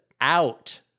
out